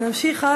זהו.